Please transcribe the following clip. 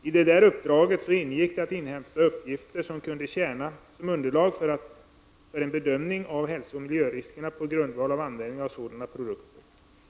I det uppdraget ingick att inhämta uppgifter som kunde tjäna som underlag för en bedömning av hälsooch miljöriskerna på grundval av användningen av sådana produkter.